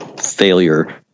failure